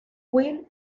will